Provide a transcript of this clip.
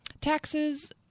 taxes